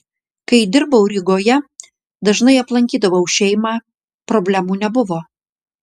kai dirbau rygoje dažnai aplankydavau šeimą problemų nebuvo